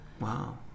wow